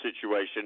situation